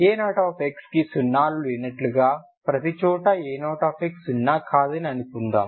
a0x కు సున్నాలు లేనట్లుగా ప్రతిచోటా a0x సున్నా కాదని అనుకుందాం